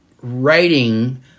writing